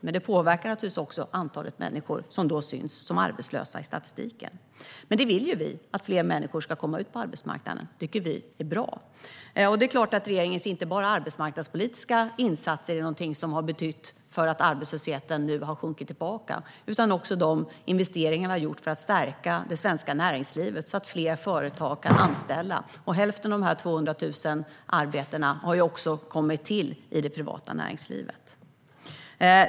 Men det påverkar naturligtvis även antalet människor som då syns som arbetslösa i statistiken. Men vi vill att fler människor ska komma ut på arbetsmarknaden. Det tycker vi är bra. Det är klart att det inte är bara regeringens arbetsmarknadspolitiska insatser som har haft betydelse för att arbetslösheten nu har minskat utan även de investeringar som vi har gjort för att stärka det svenska näringslivet, så att fler företag kan anställa. Hälften av dessa 200 000 arbeten har kommit till i det privata näringslivet.